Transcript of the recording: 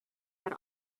had